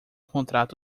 contrato